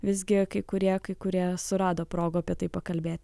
visgi kai kurie kai kurie surado progą apie tai pakalbėti